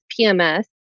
PMS